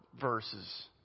verses